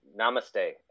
Namaste